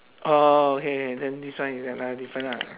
oh okay K then this one is another different lah